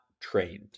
trained